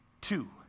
two